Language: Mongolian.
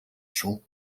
шүү